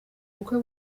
bukwe